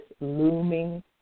looming